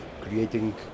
creating